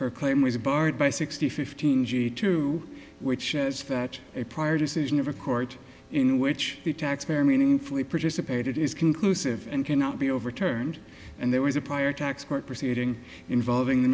her claim was barred by sixty fifteen g two which is fetch a prior decision of a court in which the taxpayer meaningfully participated is conclusive and cannot be overturned and there was a prior tax court proceeding involving the